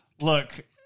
Look